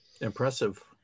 Impressive